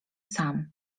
sam